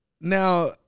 Now